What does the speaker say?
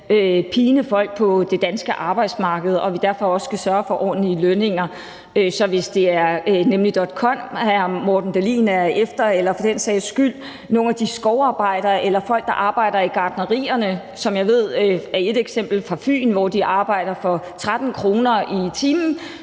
pine folk på det danske arbejdsmarked, og at vi derfor også skal sørge for ordentlige lønninger. Så hvis det er nemlig.com, hr. Morten Dahlin er efter, eller det for den sags skyld er forholdene for de skovarbejdere eller folk, der arbejder i gartnerierne, hvor jeg ved der er et eksempel fra Fyn på, at de arbejder for 13 kr. i timen,